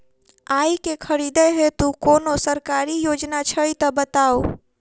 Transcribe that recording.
आइ केँ खरीदै हेतु कोनो सरकारी योजना छै तऽ बताउ?